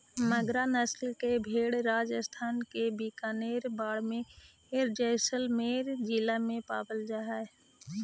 मगरा नस्ल के भेंड़ राजस्थान के बीकानेर, बाड़मेर, जैसलमेर जिला में पावल जा हइ